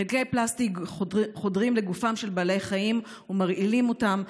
חלקי פלסטיק חודרים לגופם של בעלי חיים ומרעילים אותם,